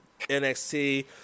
NXT